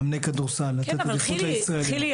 חילי,